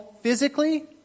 physically